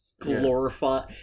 Glorify